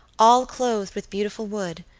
all clothed with beautiful wood,